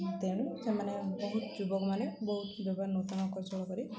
ତେଣୁ ସେମାନେ ବହୁତ ଯୁବକମାନେ ବହୁତ ପ୍ରକାର ନୂତନ କୌଶଳ କରି